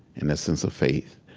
and that sense of faith.